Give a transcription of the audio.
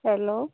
hello